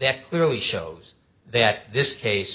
that clearly shows that this case